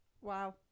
Wow